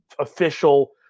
official